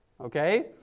Okay